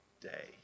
day